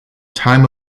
time